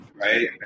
right